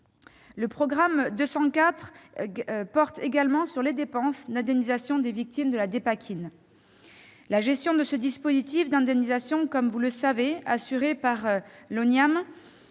Le programme 204 inclut également les dépenses d'indemnisation des victimes de la Dépakine. La gestion de ce dispositif d'indemnisation est, comme vous le savez, assurée par l'Oniam.